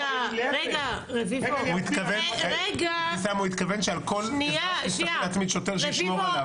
הוא התכוון שעל כל אזרח צריך להצמיד שוטר שישמור עליו.